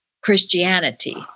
Christianity